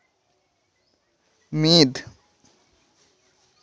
ᱢᱤᱫ